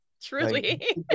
truly